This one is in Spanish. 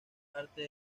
arte